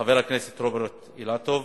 חבר הכנסת רוברט אילטוב,